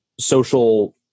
social